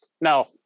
No